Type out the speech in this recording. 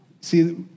See